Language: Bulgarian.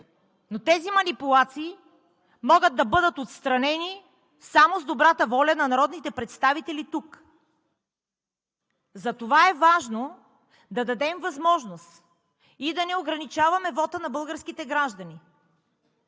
но тези манипулации могат да бъдат отстранени само с добрата воля на народните представители тук. Затова е важно да дадем възможност и да не ограничаваме вота на българските граждани,